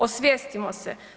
Osvijestimo se.